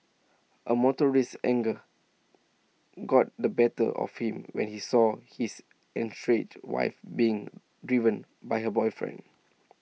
A motorist's anger got the better of him when he saw his estranged wife's being driven by her boyfriend